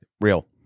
Real